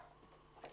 הצבעה בעד